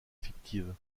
fictive